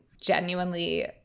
genuinely